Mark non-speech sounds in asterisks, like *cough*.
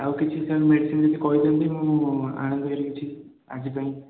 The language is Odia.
ଆଉ କିଛି *unintelligible* ମେଡ଼ିସିନ୍ ଯଦି କହିଦିଅନ୍ତି ମୁଁ ଆଣିବିହେରି କିଛି ଆଜି ପାଇଁ